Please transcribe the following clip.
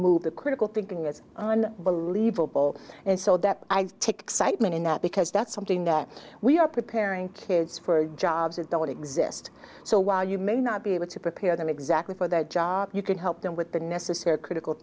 move to critical thinking that's on believable and so that i take siteman in that because that's something that we are preparing kids for jobs that don't exist so while you may not be able to prepare them exactly for that job you can help them with the necessary critical